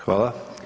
Hvala.